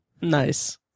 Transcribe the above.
Nice